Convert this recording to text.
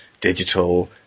digital